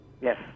Yes